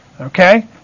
Okay